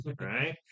right